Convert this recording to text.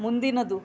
ಮುಂದಿನದು